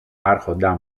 άρχοντα